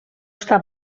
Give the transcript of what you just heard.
està